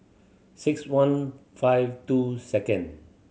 six one five two second